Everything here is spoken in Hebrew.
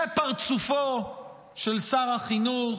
זה פרצופו של שר החינוך.